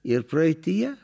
ir praeityje